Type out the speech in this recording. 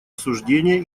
осуждение